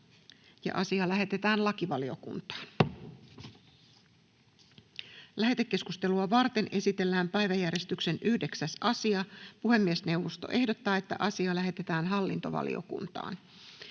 Time: N/A Content: Lähetekeskustelua varten esitellään päiväjärjestyksen 9. asia. Puhemiesneuvosto ehdottaa, että asia lähetetään hallintovaliokuntaan.